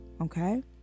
okay